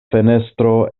fenestro